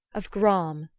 of gram,